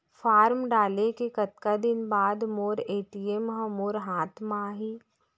Form डाले के कतका दिन बाद मोर ए.टी.एम ह मोर हाथ म आही?